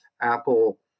apple